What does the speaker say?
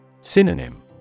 Synonym